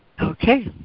Okay